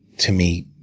to me,